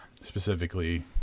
specifically